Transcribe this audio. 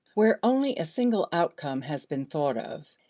where only a single outcome has been thought of,